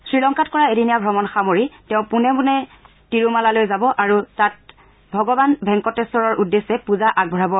শ্ৰীলংকাত কৰা এদিনীয়া ভ্ৰমণ সামৰি তেওঁ পোনে পোনে তিৰুমালালৈ যাব আৰু তাত ভগৱান ভেংকটেখ্বৰৰ উদ্দেশ্যে পূজা আগবঢ়াব